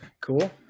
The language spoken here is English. Cool